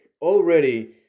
already